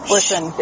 Listen